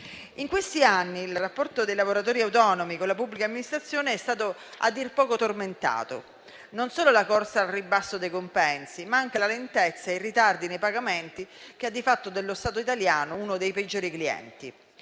In questi anni il rapporto dei lavoratori autonomi con la pubblica amministrazione è stato a dir poco tormentato: non solo la corsa al ribasso dei compensi, ma anche la lentezza e i ritardi nei pagamenti hanno fatto dello Stato italiano uno dei peggiori clienti.